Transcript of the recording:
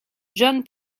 john